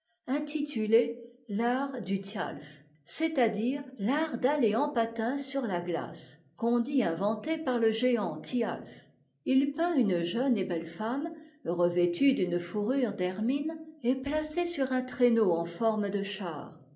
intitulée l'art du tial c'est-à-dire l'art'd'aller en patins sur la glace qu'on dit inventé par le géant tialf i peint une jeune et belle femme revêtue d'une fourrure d'hermine et placée sur un traîneau en forme de char